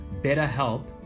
BetterHelp